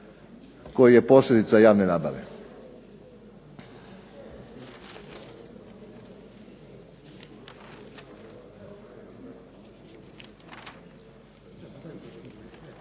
koji je posljedica javne nabave.